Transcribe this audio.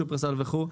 שופרסל וכדומה,